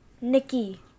Nikki